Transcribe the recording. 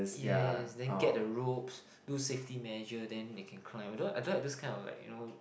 yes then get the ropes do safety measure then they can climb I don't I don't this kind of like you know